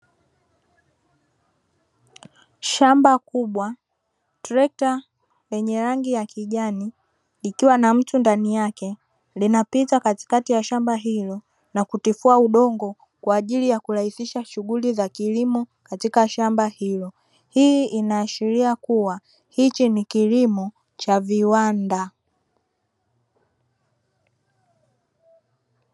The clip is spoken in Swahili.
Shamba kubwa, trekta lenye rangi ya kijani ikiwa na mtu ndani yake, linapita katikati ya shamba hilo na kutifua udongo kwa ajili ya kurahisisha shughuli za kilimo katika shamba hilo. Hii inaashiria kuwa hichi ni kilimo cha viwanda.